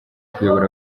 kuyobora